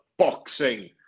Boxing